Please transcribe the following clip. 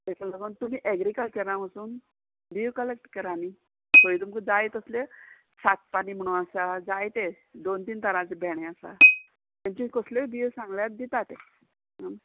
तेका लागोन तुमी एग्रीकल्चरां वचून बिंयो कलेक्ट करा न्ही थंय तुमकां जाय तसल्यो सात पानी म्हणून आसा जायते दोन तीन तरांचे भेंणे आसा तेंचे कसल्योय बिंयो सांगल्यार दिता ते